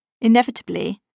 Inevitably